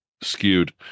skewed